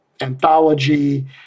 anthology